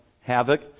havoc